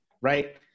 right